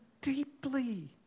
deeply